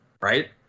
right